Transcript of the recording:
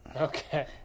Okay